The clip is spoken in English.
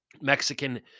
Mexican